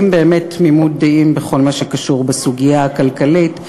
באמת תמימות דעים בכל מה שקשור לסוגיה הכלכלית.